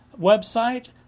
website